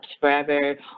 forever